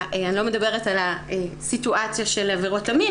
אני לא מדברת על הסיטואציה של עבירות המין